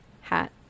hat